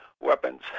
weapons